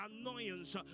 annoyance